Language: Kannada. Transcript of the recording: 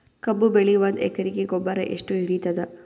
ಕಬ್ಬು ಬೆಳಿ ಒಂದ್ ಎಕರಿಗಿ ಗೊಬ್ಬರ ಎಷ್ಟು ಹಿಡೀತದ?